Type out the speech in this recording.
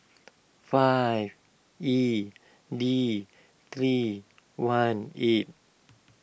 five E D three one eight